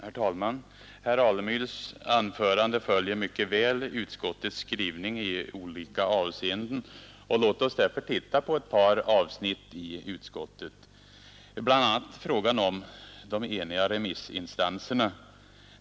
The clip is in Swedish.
Herr talman! Herr Alemyrs anförande följde mycket väl utskottets skrivning i olika avseenden. Låt oss därför titta på ett par avsnitt i betänkandet, bl.a. det som rör frågan om de eniga remissinstanserna.